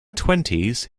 twenties